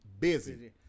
Busy